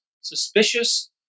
suspicious